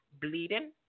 bleeding